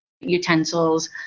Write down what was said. utensils